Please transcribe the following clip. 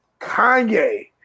Kanye